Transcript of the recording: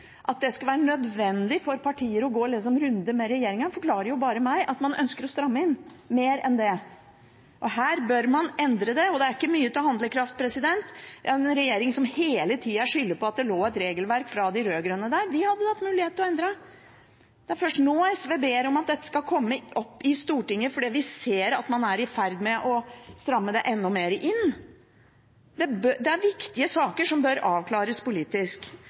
mest beskyttelse, skal Norge ta imot. At det skulle være nødvendig for partier å gå runder med regjeringen, forklarer jo bare meg at man ønsker å stramme inn mer enn det. Her bør man endre det. Det er ikke mye til handlekraft med en regjering som hele tida skylder på at det lå et regelverk fra de rød-grønne der. Det hadde de hatt muligheten til å endre. Det er først nå SV ber om at dette skal komme opp i Stortinget, fordi vi ser at man er i ferd med å stramme det enda mer inn. Det er viktige saker som bør avklares politisk.